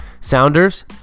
Sounders